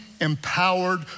empowered